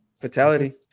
Fatality